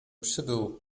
przybył